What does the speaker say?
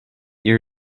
year